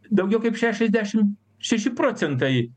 daugiau kaip šešiasdešim šeši procentai